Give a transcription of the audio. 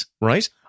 right